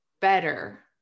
better